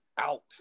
out